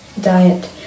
Diet